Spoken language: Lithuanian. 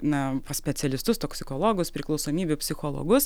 na pas specialistus toksikologus priklausomybių psichologus